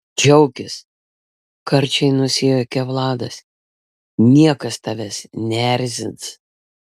džiaukis karčiai nusijuokia vladas niekas tavęs neerzins